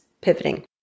pivoting